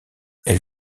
elle